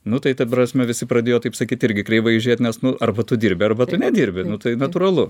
nu tai ta prasme visi pradėjo taip sakyt irgi kreivai žiūrėt nes nu arba tu dirbi arba tu nedirbi nu tai natūralu